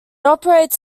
operates